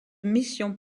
missions